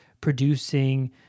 producing